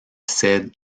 sed